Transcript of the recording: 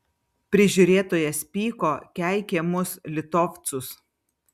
prižiūrėtojas pyko keikė mus litovcus